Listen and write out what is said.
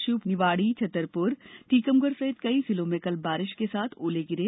षिवपुरी निवाड़ी छतरपुर टीकमगढ़ सहित कई जिलों में कल बारिष के साथ ओले गिरे